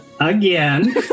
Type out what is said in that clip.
again